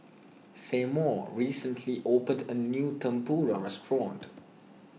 Seymour recently opened a new Tempura restaurant